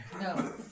No